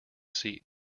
seat